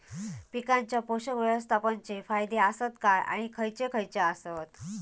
पीकांच्या पोषक व्यवस्थापन चे फायदे आसत काय आणि खैयचे खैयचे आसत?